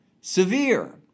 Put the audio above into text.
severe